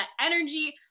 energy